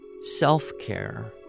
Self-care